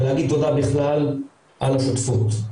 ולהגיד תודה בכלל על השותפות.